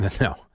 No